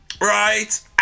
right